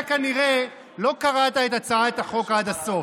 אתה כנראה לא קראת את הצעת החוק עד הסוף.